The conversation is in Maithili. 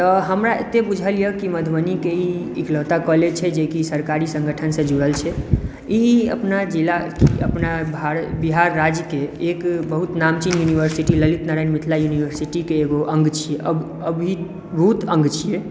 तऽ हमरा एतेक बुझाइया जे मधुबनीके ई एकलौता कॉलेज छै जे की सरकारी संगठनसँ जुड़ल छै ई अपना जिला अपना भारत बिहार राज्यके एक बहुत नामचीन यूनिवर्सिटी ललित नारायण मिथिला युनिभर्सिटी के एगो अङ्ग छियै अविभूत अङ्ग छियै